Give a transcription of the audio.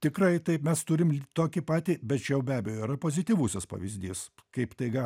tikrai taip mes turim l tokį patį bet čia jau be abejo yra pozityvusis pavyzdys kaip tai gal